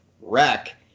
wreck